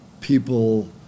people